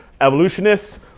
Evolutionists